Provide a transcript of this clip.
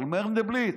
אבל מנדלבליט,